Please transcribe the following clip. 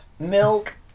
Milk